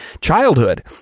Childhood